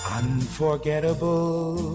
unforgettable